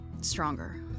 stronger